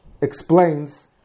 explains